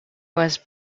was